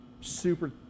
super